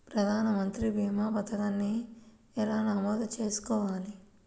ప్రధాన మంత్రి భీమా పతకాన్ని ఎలా నమోదు చేసుకోవాలి?